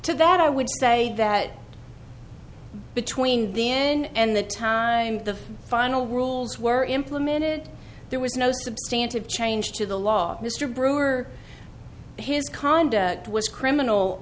to that i would say that between the end the time the final rules were implemented there was no substantial change to the law mr brewer his conduct was criminal